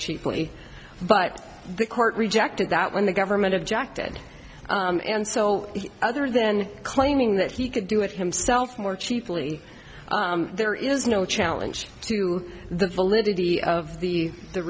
cheaply but the court rejected that when the government objected and so other then claiming that he could do it himself more cheaply there is no challenge to the bullet in the of the the